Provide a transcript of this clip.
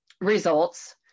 results